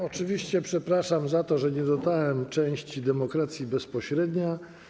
Oczywiście przepraszam za to, że nie dodałem części: demokracja bezpośrednia.